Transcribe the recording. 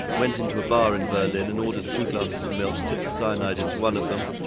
went into a bar in berlin and ordered two glasses of milk, tipped the cyanide into one of them,